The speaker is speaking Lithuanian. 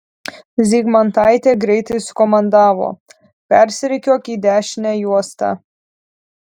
zygmantaitė greitai sukomandavo persirikiuok į dešinę juostą